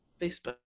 Facebook